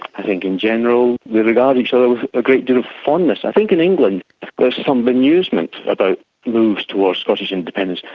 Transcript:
i think in general we regard each other with a great deal of fondness. i think in england there's some bemusement about moves towards scottish independence.